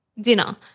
dinner